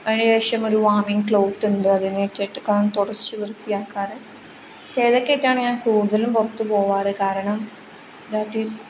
അതിന് ശേഷം ഒരു വാമിംഗ് ക്ലോത്ത് ഉണ്ട് അതിനേറ്റിട്ട് ഒക്കെ ആണ് തുടച്ച് വൃത്തിയാക്കാറ് ചേതക്കായിട്ടാണ് ഞാൻ കൂടുതലും പുറത്ത് പോവാാറ് കാരണം ദാറ്റ് ഈസ്